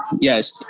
Yes